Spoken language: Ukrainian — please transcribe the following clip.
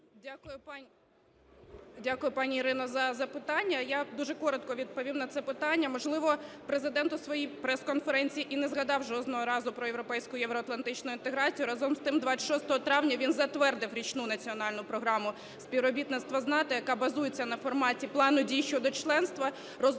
Дякую, пані Ірино, за запитання. Я дуже коротко відповім на це питання. Можливо, Президент у своїй прес-конференції і не згадав жодного разу про європейську, євроатлантичну інтеграцію. Разом з тим, 26 травня він затвердив Річну національну програму співробітництва з НАТО, яка базується на форматі Плану дій щодо членства, розробленого